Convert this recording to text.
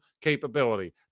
capability